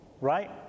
right